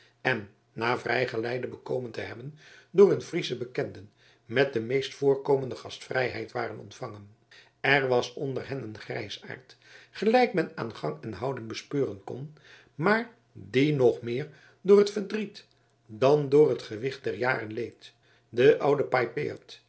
en na vrijgeleide bekomen te hebben door hun friesche bekenden met de meest voorkomende gastvrijheid waren ontvangen er was onder hen een grijsaard gelijk men aan gang en houding bespeuren kon maar die nog meer door het verdriet dan door het gewicht der jaren leed de oude